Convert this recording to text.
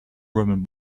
roman